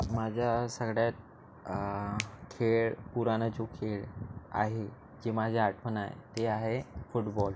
माझा सगळ्यात खेळ पुराणा जो खेळ आहे जे माझ्या आठवण आहे ते आहे फूटबॉल